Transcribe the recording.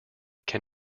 can